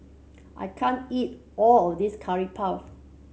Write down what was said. I can't eat all of this Curry Puff